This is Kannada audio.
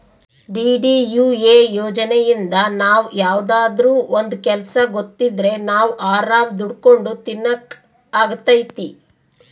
ಡಿ.ಡಿ.ಯು.ಎ ಯೋಜನೆಇಂದ ನಾವ್ ಯಾವ್ದಾದ್ರೂ ಒಂದ್ ಕೆಲ್ಸ ಗೊತ್ತಿದ್ರೆ ನಾವ್ ಆರಾಮ್ ದುಡ್ಕೊಂಡು ತಿನಕ್ ಅಗ್ತೈತಿ